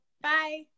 Bye